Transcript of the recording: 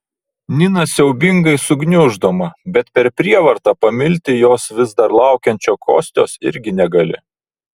nina siaubingai sugniuždoma bet per prievartą pamilti jos vis dar laukiančio kostios irgi negali